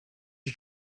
you